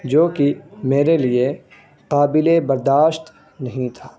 جوکہ میرے لیے قابل برداشت نہیں تھا